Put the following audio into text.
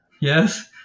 yes